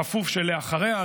בכפוף לכך שאחריה,